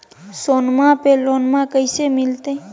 सोनमा पे लोनमा कैसे मिलते?